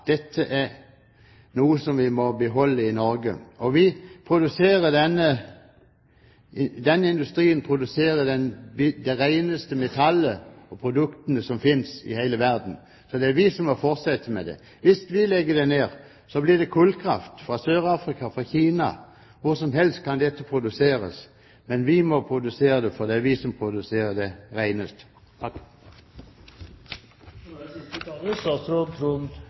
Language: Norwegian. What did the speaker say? Dette er noe som vi må beholde i Norge. Denne industrien produserer det reneste metallet. Vi har de reneste produktene som finnes i hele verden, så det er vi som må fortsette med det. Hvis vi legger det ned, blir det kullkraft fra Sør-Afrika, fra Kina – hvor som helst kan dette produseres. Men vi må produsere det, for det er vi som produserer det